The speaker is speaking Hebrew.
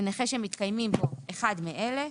לנכה שמתקיים בו אחד מאלה: